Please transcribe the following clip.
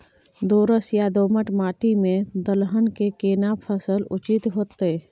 दोरस या दोमट माटी में दलहन के केना फसल उचित होतै?